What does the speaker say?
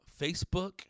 Facebook